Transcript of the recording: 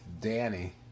Danny